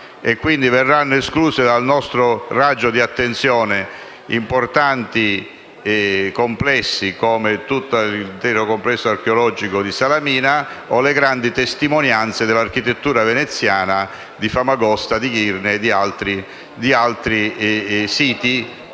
Verranno dunque esclusi dal nostro raggio di attenzione importanti complessi come l'intero complesso archeologico di Salamina, o le grandi testimonianze dell'architettura veneziana di Famagosta, di Girne e di altri siti